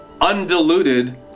undiluted